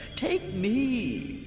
take me!